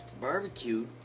Barbecue